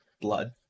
blood